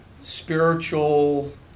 spiritual